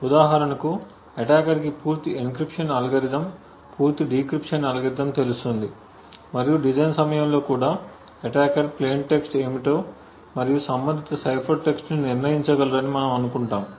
ఉదాహరణకు అటాకర్కి పూర్తి ఎన్క్రిప్షన్ అల్గోరిథం పూర్తి డిక్రిప్షన్ అల్గోరిథం తెలుస్తుంది మరియు డిజైన్ సమయంలో కూడా అటాకర్ ప్లేయిన్ టెక్స్ట్ ఏమిటో మరియు సంబంధిత సైఫర్ టెక్స్ట్ని నిర్ణయించగలరని మనము అనుకుంటాము